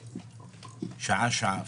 אפילו שעה-שעה,